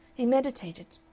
he meditated,